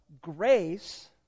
grace